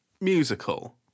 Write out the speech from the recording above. musical